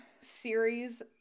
series